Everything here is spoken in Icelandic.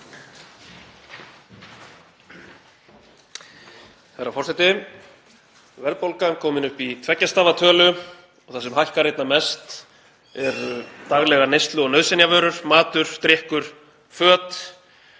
Herra forseti. Verðbólgan er komin upp í tveggja stafa tölu og það sem hækkar einna mest eru daglegar neyslu- og nauðsynjavörur, matur, drykkur, föt.